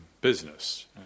business